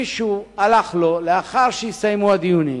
מישהו הלך לו, לאחר שהסתיימו הדיונים,